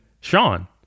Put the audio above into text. Sean